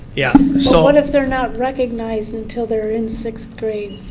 yeah so what if they're not recognized until they're in sixth grade?